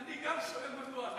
גם אני שואל מדוע.